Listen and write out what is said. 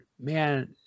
man